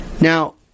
Now